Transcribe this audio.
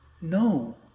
No